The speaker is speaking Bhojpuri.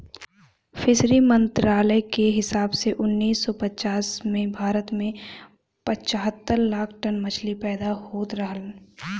फिशरी मंत्रालय के हिसाब से उन्नीस सौ पचास में भारत में पचहत्तर लाख टन मछली पैदा होत रहल